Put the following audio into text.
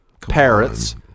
Parrots